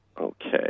Okay